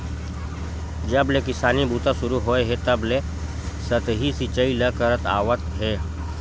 जब ले किसानी बूता सुरू होए हे तब ले सतही सिचई ल करत आवत हे